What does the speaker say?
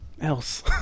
else